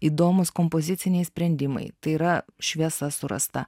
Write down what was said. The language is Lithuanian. įdomūs kompoziciniai sprendimai tai yra šviesa surasta